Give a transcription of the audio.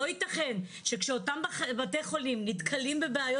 לא ייתכן שכשאותם בתי חולים נתקלים בבעיות